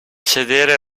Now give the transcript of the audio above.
sedere